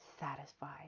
satisfied